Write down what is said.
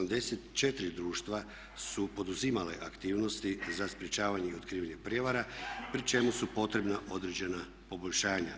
84 društva su poduzimali aktivnosti za sprječavanje i otkrivanje prijevara pri čemu su potrebna određena poboljšanja,